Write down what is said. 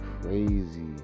crazy